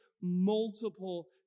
multiple